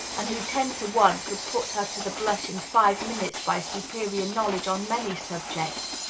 and who, ten to one, could put her to the blush in five minutes by superior knowledge on many subjects,